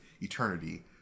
Eternity